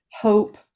hope